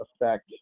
effect